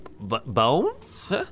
bones